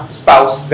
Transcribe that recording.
spouse